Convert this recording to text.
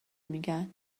میگن